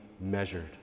measured